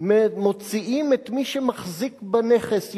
מוציאים את היהודי שמחזיק בנכס,